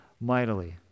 mightily